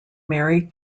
mary